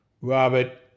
Robert